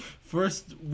first